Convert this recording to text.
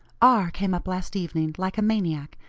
r. came up last evening like a maniac,